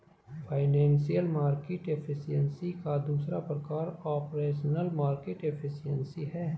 financial market efficiency का दूसरा प्रकार ऑपरेशनल मार्केट एफिशिएंसी है